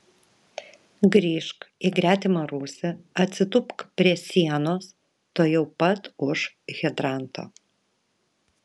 grįžk į gretimą rūsį atsitūpk prie sienos tuojau pat už hidranto